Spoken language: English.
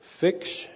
fix